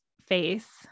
face